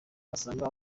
asanga